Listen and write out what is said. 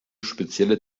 spezielle